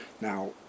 now